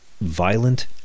violent